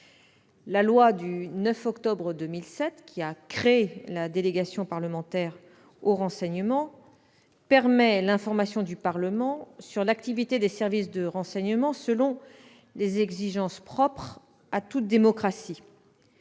La loi du 9 octobre 2007, qui a créé la délégation parlementaire au renseignement, permet l'information du Parlement sur l'activité des services de renseignement selon les exigences propres à toute démocratie.